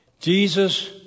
Jesus